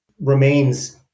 remains